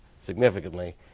significantly